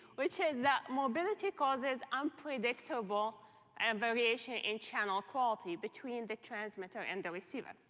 which is that mobility causes unpredictable and variation in channel quality, between the transmitter and the receiver.